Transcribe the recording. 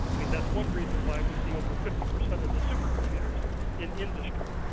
i mean that's one reason why we see over fifty percent of the supercomputers in industry.